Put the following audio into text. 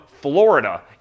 Florida